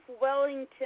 wellington